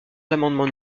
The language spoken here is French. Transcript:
l’amendement